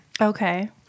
Okay